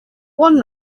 one